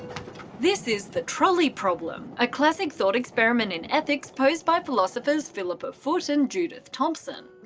this is the trolley problem, a classic thought experiment in ethics, posed by philosophers philippa foot and judith thomson.